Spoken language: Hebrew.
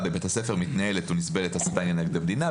א(4) "בבית הספר מתנהלת או נסבלת הסתה כגד המדינה",